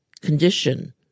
condition